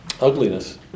ugliness